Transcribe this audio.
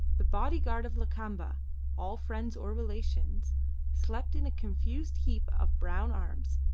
the body-guard of lakamba all friends or relations slept in a confused heap of brown arms,